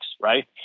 Right